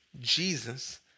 Jesus